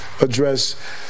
address